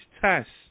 tests